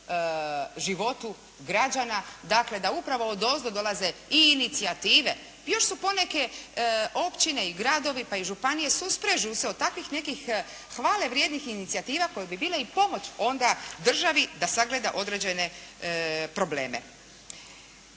životu građana, dakle, da upravo odozdo dolaze i inicijative. Još su poneke općine i gradovi pa i županije susprežu se od takvih nekih hvale vrijednih inicijativa koje bi bile i pomoć onda državi da sagleda određene probleme.